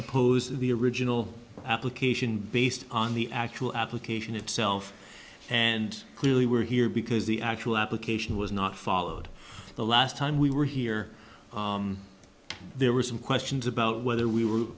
oppose the original application based on the actual application itself and clearly we're here because the actual application was not followed the last time we were here there were some questions about whether we were